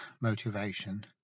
motivation